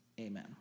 Amen